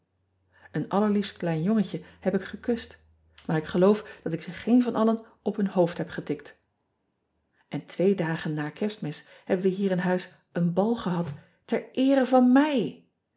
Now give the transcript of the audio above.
en allerliefst klein jongetje heb ik gekust maar ik geloof dat ik ze geen van allen op hun hoofd heb getikt n twee dagen na erstmis hebben we hier in huis een bal gehad ter eere van mij